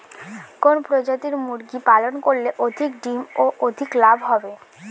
কোন প্রজাতির মুরগি পালন করলে অধিক ডিম ও অধিক লাভ হবে?